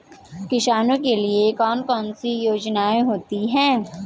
किसानों के लिए कौन कौन सी योजनायें होती हैं?